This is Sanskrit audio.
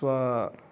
स्वं